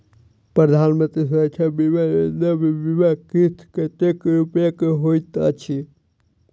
प्रधानमंत्री सुरक्षा बीमा योजना मे बीमा किस्त कतेक रूपया केँ होइत अछि?